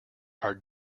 are